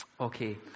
Okay